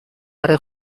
برا